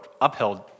upheld